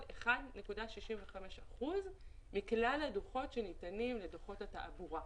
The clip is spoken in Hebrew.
1.65 אחוזים מכלל הדוחות שניתנים בדוחות התעבורה.